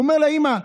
הוא אומר לה: אימא,